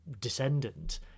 descendant